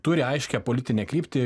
turi aiškią politinę kryptį